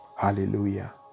Hallelujah